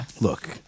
Look